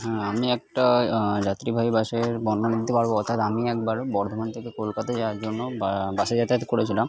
হ্যাঁ আমি একটা যাত্রীবাহী বাসের বর্ণনা দিতে পারব অর্থাৎ আমি একবার বর্ধমান থেকে কলকাতায় যাওয়ার জন্য বাসে যাতায়াত করেছিলাম